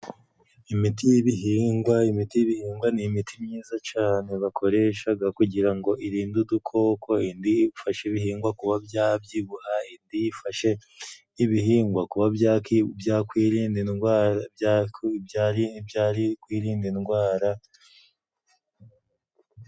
Imiti y'ibihingwa, imiti y'ibihingwa ni imiti myiza cane bakoreshaga kugira ngo irinde udukoko, indi ifashe ibihingwa kuba byabyibuha, indi irinde ibihingwa kuba byakwirinda indwara, kuba byakwirinda indwara.